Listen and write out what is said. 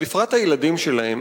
ובפרט הילדים שלהם,